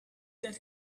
that